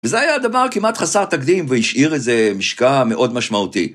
וזה היה דבר כמעט חסר תקדים והשאיר איזה משקע מאוד משמעותי.